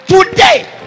today